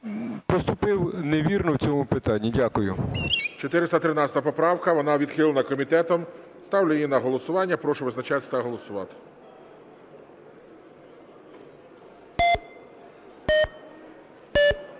поступив невірно в цьому питанні. Дякую. ГОЛОВУЮЧИЙ. 413 поправка. Вона відхилена комітетом. Ставлю її на голосування. Прошу визначатися та голосувати.